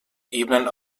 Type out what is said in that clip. ebenen